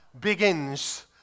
begins